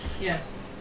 Yes